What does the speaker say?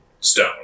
stone